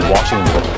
Washington